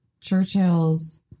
Churchill's